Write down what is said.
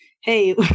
hey